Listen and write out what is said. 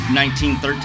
1913